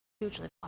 hugely um